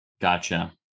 Gotcha